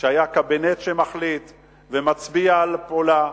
שהיה קבינט שמחליט ומצביע על פעולה,